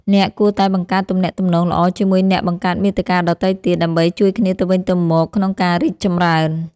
អ្នកគួរតែបង្កើតទំនាក់ទំនងល្អជាមួយអ្នកបង្កើតមាតិកាដទៃទៀត ដើម្បីជួយគ្នាទៅវិញទៅមកក្នុងការរីកចម្រើន។